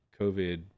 COVID